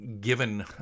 given